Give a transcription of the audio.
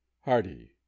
hardy